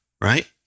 right